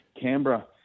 Canberra